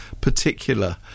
particular